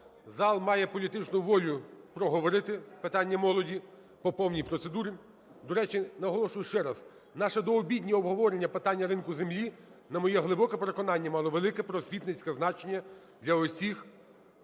Зал має політичну волю проговорити питання молоді по повній процедурі. До речі, наголошую ще раз, наше дообіднє обговорення питання ринку землі, на моє глибоке переконання, мало велике просвітницьке значення для усіх